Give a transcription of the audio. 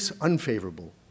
unfavorable